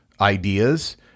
ideas